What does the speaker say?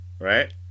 Right